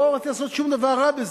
לא רציתי לעשות שום דבר רע בזה,